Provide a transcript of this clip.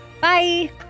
bye